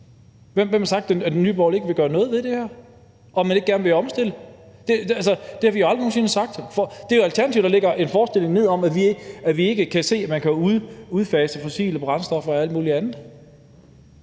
Hvem har sagt, at Nye Borgerlige ikke vil gøre noget ved det her, og at man ikke gerne vil omstille? Altså, det har vi aldrig nogen sinde sagt. Det er jo Alternativet, der lægger en forestilling ned om, at vi ikke kan se, at man skal udfase fossile brændstoffer og alt muligt andet.